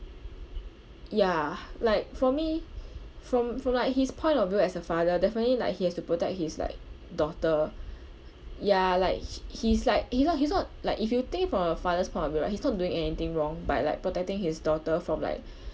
ya like for me from from like his point of view as a father definitely like he has to protect his like daughter ya like he~ he's like either he's not like if you think from your father's point of view right he's not doing anything wrong by like protecting his daughter from like